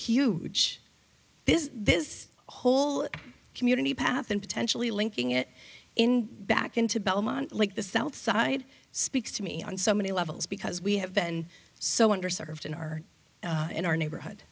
this this whole community path and potentially linking it in back into belmont like the south side speaks to me on so many levels because we have been so under served in our in our neighborhood